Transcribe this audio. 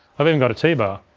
i've even got a t-bar,